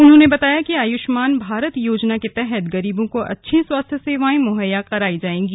उन्होंने बताया कि आयुष्मान भारत योजना के तहत गरीबों को अच्छी स्वास्थ्य सेवाएं मुहैया कराई जाएंगी